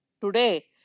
today